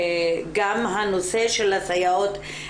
גם הנושא של הסייעות,